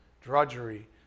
drudgery